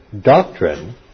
doctrine